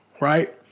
right